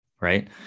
right